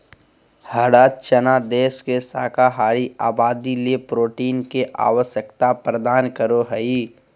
हरा चना देश के शाकाहारी आबादी ले प्रोटीन के आवश्यकता प्रदान करो हइ